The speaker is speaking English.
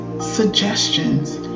suggestions